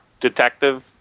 detective